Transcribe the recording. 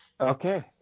Okay